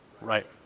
Right